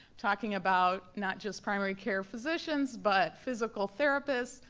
talking about not just primary care physicians, but physical therapists,